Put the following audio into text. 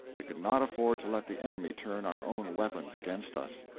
we could not afford to let the enemy turn our own weapons against us.